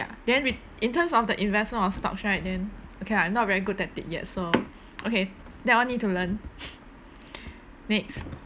ya then re~ in terms of the investment of stocks right then okay lah I'm not very good at it yet so okay that one need to learn next